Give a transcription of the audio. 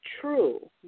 true